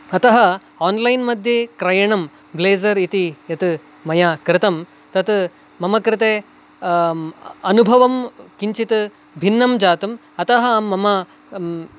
अतः आन्लैन् मध्ये क्रयणं ब्लेज़र् इति यत् मया कृतं तत् मम कृते अनुभवं किञ्चित् भिन्नं जातम् अतः अं मम